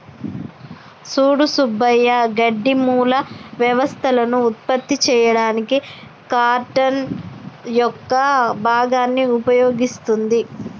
సూడు సుబ్బయ్య గడ్డి మూల వ్యవస్థలను ఉత్పత్తి చేయడానికి కార్టన్ యొక్క భాగాన్ని ఉపయోగిస్తుంది